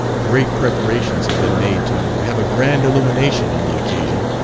great preparations had been made to have a grand illumination on the occasion,